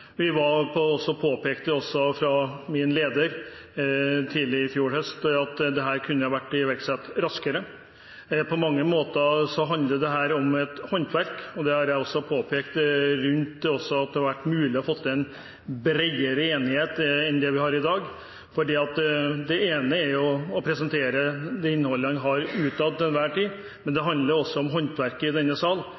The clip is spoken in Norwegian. påpekte vi også, via min leder, at dette kunne vært iverksatt raskere. Dette handler på mange måter om et håndverk, og jeg har også påpekt at det kunne vært mulig å få til en bredere enighet enn det vi har i dag. Det ene er jo å presentere utad det innholdet en til enhver tid har, men det